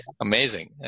Amazing